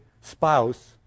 spouse